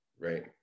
right